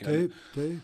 taip taip